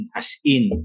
as-in